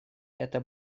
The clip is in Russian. это